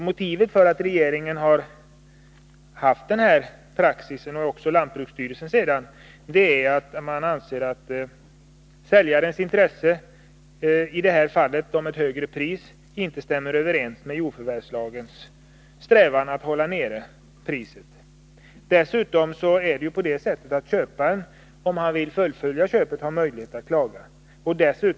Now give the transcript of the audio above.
Motivet för att regeringen och sedan lantbruksstyrelsen har haft denna praxis är att man anser att säljarens intresse av ett högre pris inte stämmer överens med jordförvärvslagens strävan att hålla priset nere. Om köparen vill fullfölja köpet, har han möjlighet att klaga.